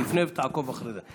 תפנה ותעקוב אחרי זה.